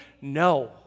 No